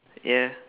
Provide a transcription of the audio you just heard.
ya